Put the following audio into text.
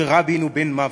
שרבין הוא בן-מוות.